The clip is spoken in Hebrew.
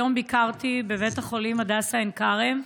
היום ביקרתי בבית החולים הדסה עין כרם,